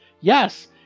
Yes